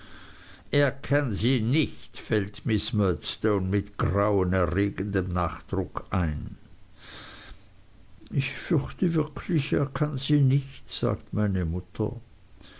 er kann sie nicht fällt miß murdstone mit grauenerregendem nachdruck ein ich fürchte wirklich er kann sie nicht sagte meine mutter